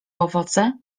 owoce